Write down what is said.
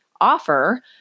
offer